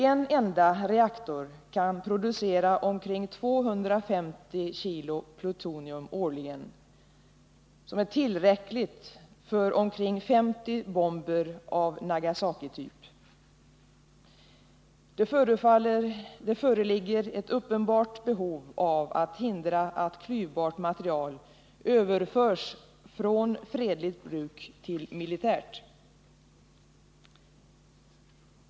En enda reaktor kan producera omkring 250 kg plutonium årligen, tillräckligt för omkring 50 bomber av Nagasakityp. Det föreligger ett uppenbart behov av att hindra att klyvbart material överförs från fredligt bruk till militärt.